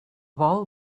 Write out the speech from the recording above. vol